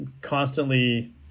constantly